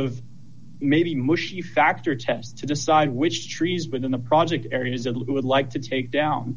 of maybe mushy factor test to decide which trees but in the project areas of who would like to take down